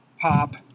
pop